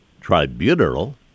tribunal